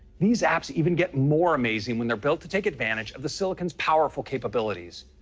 these apps even get more amazing when they're built to take advantage of the silicon's powerful capabilities.